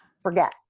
forget